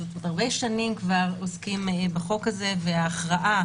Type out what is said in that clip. הרבה שנים כבר עוסקים בחוק הזה, וההכרעה